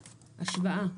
השוואה,